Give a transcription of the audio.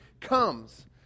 comes